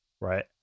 right